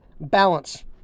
balance